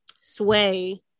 Sway